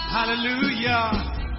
Hallelujah